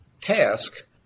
task